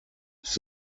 ist